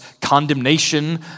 condemnation